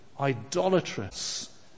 idolatrous